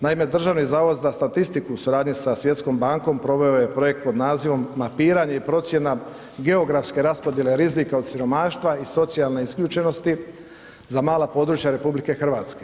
Naime, Državni zavod za statistiku u suradnju sa svjetskom banom, proveo je projekt pod nazivom Mapiranje i procjena geografske raspodjele rizika od siromaštva i socijalne isključenosti za mala područja RH.